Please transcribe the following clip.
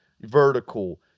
vertical